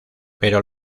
pero